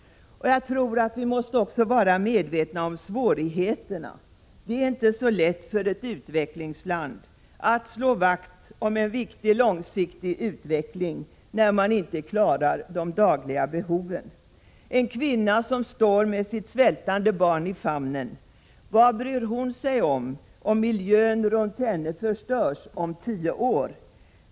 Vi måste också vara medvetna om svårigheterna. Det är inte så lätt för ett utvecklingsland att slå vakt om en viktig långsiktig utveckling när man inte klarar de dagliga behoven. En kvinna med sitt svältande barn i famnen — vad bryr hon sig om att miljön runt henne kan vara förstörd om tio år?